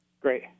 Great